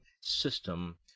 system